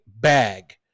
bag